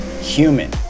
human